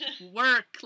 work